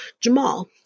Jamal